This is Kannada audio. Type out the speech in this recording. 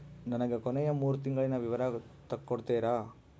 ನನಗ ಕೊನೆಯ ಮೂರು ತಿಂಗಳಿನ ವಿವರ ತಕ್ಕೊಡ್ತೇರಾ?